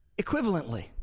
equivalently